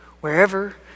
wherever